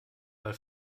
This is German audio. weil